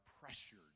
Pressured